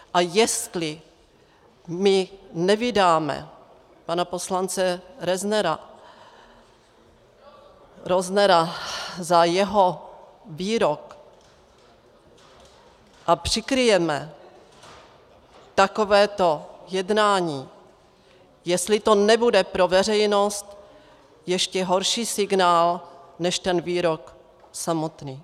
A jestli my nevydáme pana poslance Roznera za jeho výrok a přikryjeme takovéto jednání, jestli to nebude pro veřejnost ještě horší signál než ten výrok samotný.